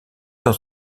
dans